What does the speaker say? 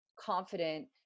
confident